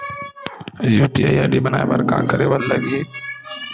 UPI ID बनाये बर का करे ल लगही?